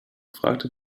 fragte